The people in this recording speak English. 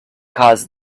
caused